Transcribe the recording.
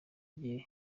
igihe